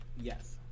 Yes